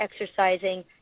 exercising